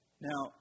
Now